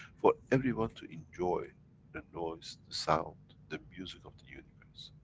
for everyone to enjoy the noise, the sound, the music of the universe.